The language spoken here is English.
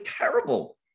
terrible